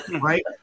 right